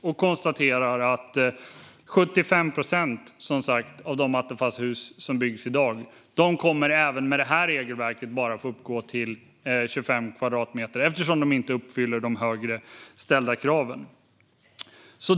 Han konstaterar att 75 procent, som sagt, av de attefallshus som byggs i dag även med detta regelverk bara kommer att få uppgå till 25 kvadratmeter eftersom de inte uppfyller de högre ställda kraven.